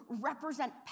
represent